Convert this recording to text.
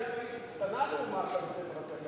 הפנימייה הצבאית קטנה לעומת בית-הספר הטכני.